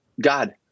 God